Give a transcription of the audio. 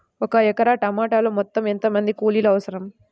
ఒక ఎకరా టమాటలో మొత్తం ఎంత మంది కూలీలు అవసరం?